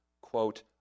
quote